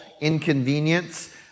inconvenience